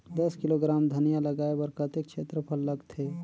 दस किलोग्राम धनिया लगाय बर कतेक क्षेत्रफल लगथे?